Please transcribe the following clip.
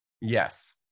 Yes